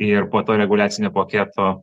ir po to reguliacinio poketo